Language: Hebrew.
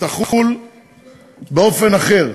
תחול באופן אחר.